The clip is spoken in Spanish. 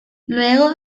luego